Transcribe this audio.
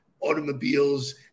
automobiles